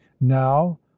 now